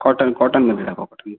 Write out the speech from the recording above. cotton कॉटनमधे दाखवा cotton